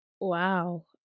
Wow